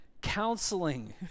counseling